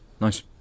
nice